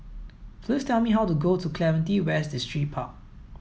please tell me how to go to Clementi West Distripark